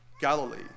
Galilee